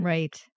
Right